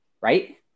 Right